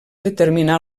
determinà